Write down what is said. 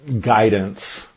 guidance